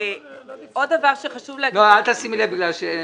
עוד דבר שחשוב לומר לגבי הנושא